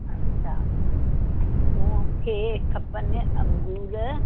अच्छा मूंखे खपेनि अंगूर